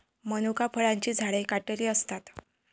मनुका फळांची झाडे काटेरी असतात